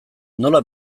nola